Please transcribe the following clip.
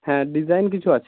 হ্যাঁ ডিজাইন কিছু আছে